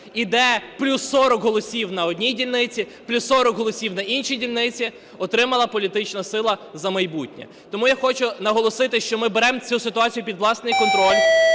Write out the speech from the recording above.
і де плюс 40 голосів на одній дільниці, плюс 40 голосів на іншій дільниці отримала політична сила "За майбутнє". Тому я хочу наголосити, що ми беремо цю ситуацію під власний контроль,